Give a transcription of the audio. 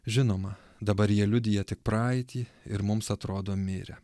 žinoma dabar jie liudija tik praeitį ir mums atrodo mirę